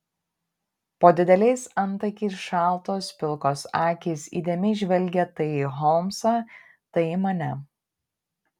po dideliais antakiais šaltos pilkos akys įdėmiai žvelgė tai į holmsą tai į mane